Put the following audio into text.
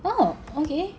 oh okay